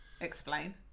Explain